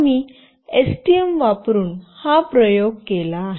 आम्ही एसटीएम वापरून हा प्रयोग केला आहे